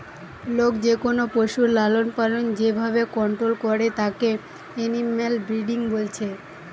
লোক যেকোনো পশুর লালনপালন যে ভাবে কন্টোল করে তাকে এনিম্যাল ব্রিডিং বলছে